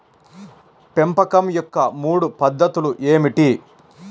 పెంపకం యొక్క మూడు పద్ధతులు ఏమిటీ?